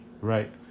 right